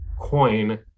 coin